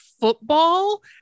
football